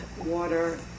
water